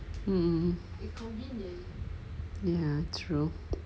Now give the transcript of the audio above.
um ya true